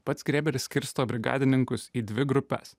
pats grėberis skirsto brigadininkus į dvi grupes